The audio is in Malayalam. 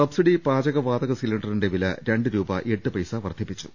സബ്സിഡി പാചകവാതക സിലിണ്ടറിന്റെ വില രണ്ട് രൂപ എട്ട് പൈസ വർദ്ധിപ്പിച്ചു